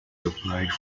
supplied